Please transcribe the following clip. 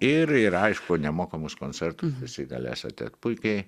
ir ir aišku nemokamus koncertus visi galės ateit puikiai